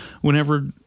whenever